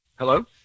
Hello